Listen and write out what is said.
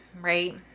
right